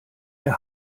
der